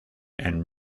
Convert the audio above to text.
and